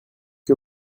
que